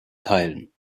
teilen